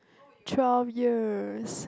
twelve years